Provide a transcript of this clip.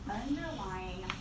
underlying